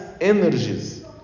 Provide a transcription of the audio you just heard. energies